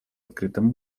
открытом